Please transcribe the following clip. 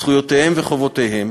זכויותיהם וחובותיהם,